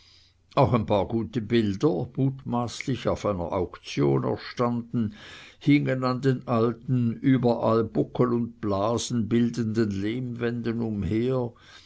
auch ein paar gute bilder mutmaßlich auf einer auktion erstanden hingen an den alten überall buckel und blasen bildenden lehmwänden umher